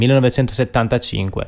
1975